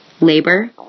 Labor